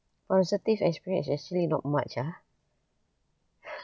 positive experience actually not much ah